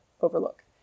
overlook